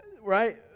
right